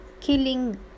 killing